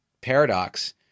paradox